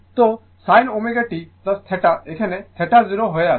তো sin ω t θ এখানে θ 0 হয়ে আছে